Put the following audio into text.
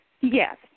Yes